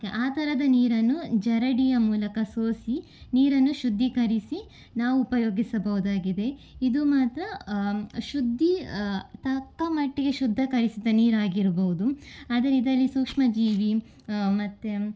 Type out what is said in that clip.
ಆ ಥರದ ನೀರನ್ನು ಜರಡಿಯ ಮೂಲಕ ಸೋಸಿ ನೀರನ್ನು ಶುದ್ಧೀಕರಿಸಿ ನಾವು ಉಪಯೋಗಿಸಬಹುದಾಗಿದೆ ಇದು ಮಾತ್ರ ಶುದ್ದಿ ತಕ್ಕಮಟ್ಟಿಗೆ ಶುದ್ಧೀಕರಿಸಿದ ನೀರಾಗಿರ್ಬೋದು ಆದರೆ ಇದರಲ್ಲಿ ಸೂಕ್ಷ್ಮ ಜೀವಿ ಮತ್ತು